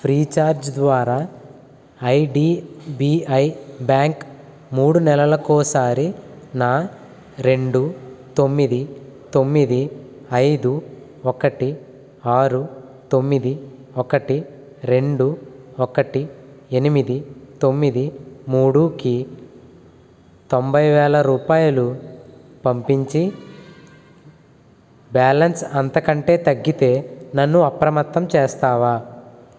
Freecharge ద్వారా IDBI bank మూడు నెలలకోసారి నా రెండు తొమ్మిది తొమ్మిది ఐదు ఒకటి ఆరు తొమ్మిది ఒకటి రెండు ఒకటి ఎనిమిది తొమ్మిది మూడుకి తొంభై వేల రూపాయలు పంపించి బ్యాలన్స్ అంతకంటే తగ్గితే నన్ను అప్రమత్తం చేస్తావా